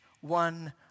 one